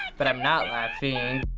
but i'm not laughing.